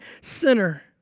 sinner